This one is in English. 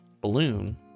balloon